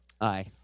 Aye